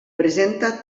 presenta